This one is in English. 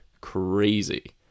crazy